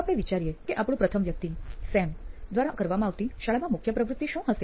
આપણે વિચારીએ કે આપણું પ્રથમ વ્યક્તિ સેમ દ્વારા કરવામાં આવતી શાળામાં મુખ્ય પ્રવૃત્તિ શું હશે